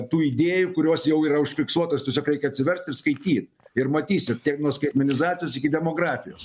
tų idėjų kurios jau yra užfiksuotas tiesiog reikia atsivert skaityt ir matysit tiek nuo skaitmenizacijos iki demografijos